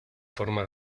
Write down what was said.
forma